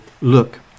look